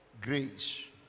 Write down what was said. grace